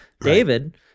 David